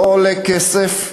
לא עולה כסף,